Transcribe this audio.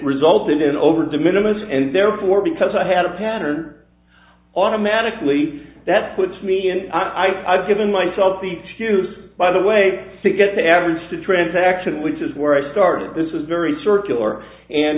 resulted in over the minimum and therefore because i had a pattern automatically that puts me in i've given myself the excuse by the way to get the average the transaction which is where i started this is very circular and